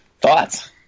Thoughts